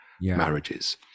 marriages